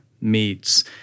meets